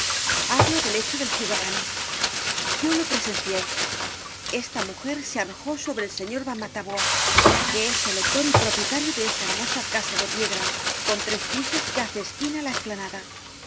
hablo del hecho del ciudadano yo lo presencié esta mujer se arrojó sobre el señor bamatabois que es elector y propietario de esa hermosa casa de piedra con tres pisos que hace esquina á la esplanada